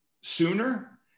sooner